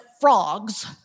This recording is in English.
frogs